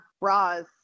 bras